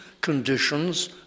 conditions